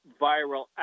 viral